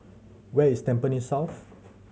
where is Tampines South